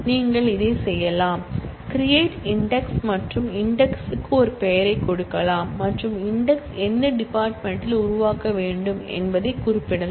நீங்கள் இதைச் செய்யலாம் கிரியேட் இன்டெக்ஸ் மற்றும் இன்டெக்ஸ் க்கு ஒரு பெயரைக் கொடுக்கலாம் மற்றும் இன்டெக்ஸ் எந்த டிபார்ட்மென்ட் யில் உருவாக்க வேண்டும் என்பதைக் குறிப்பிடலாம்